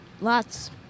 Lots